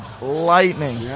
lightning